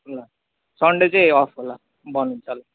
Sunday चाहिँ off होला बन्द हुन्छ